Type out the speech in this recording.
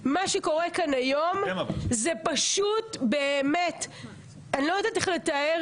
מה שקורה כאן היום זה פשוט - אני לא יודעת איך לתאר